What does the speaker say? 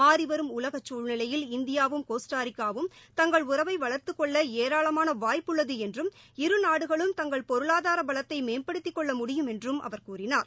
மாறி வரும் உலகச் சசூழ்நிலையில் இந்தியாவும் கோஸ்ட்டாரிக்காவும் தங்கள் உறவை வளர்த்துக் கொள்ள ஏராளமான வாய்ட்புள்ளது என்றும் இருநாடுகளும் தங்கள் பொருளாதார பலத்தை மேம்படுத்திக் கொள்ள முடியும் என்றும் அவர் கூறினார்